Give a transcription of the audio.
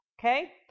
Okay